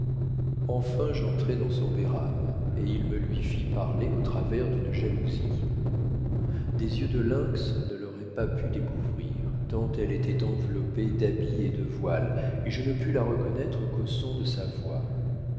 enfin j'entrai dans son beiram et il me lui fit parler au travers d'une jalousie des yeux de lynx ne l'auroient pas pu découvrir tant elle étoit enveloppée d'habits et de voiles et je ne la pus reconnoître qu'au son de sa voix